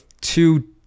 two